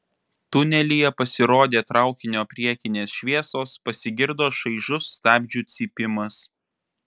tunelyje pasirodė traukinio priekinės šviesos pasigirdo šaižus stabdžių cypimas